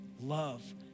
love